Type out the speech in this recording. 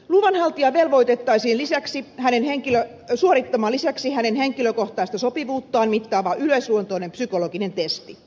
blur ja teloitettaisiin lisäksi hänen luvanhaltija velvoitettaisiin lisäksi suorittamaan henkilökohtaista sopivuuttaan mittaava yleisluontoinen psykologinen testi